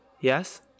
Yes